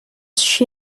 she